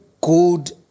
good